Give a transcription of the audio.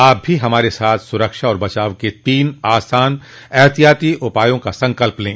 आप भी हमारे साथ सुरक्षा और बचाव के तीन आसान एहतियाती उपायों का संकल्प लें